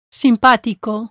simpático